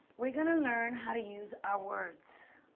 we're going to learn how to use our words.